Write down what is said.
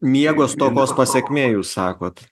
miego stokos pasekmė jūs sakot